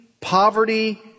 poverty